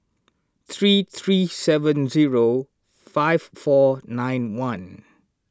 three three seven zero five four nine one